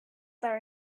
their